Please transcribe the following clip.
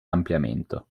ampliamento